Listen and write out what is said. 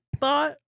thought